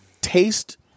taste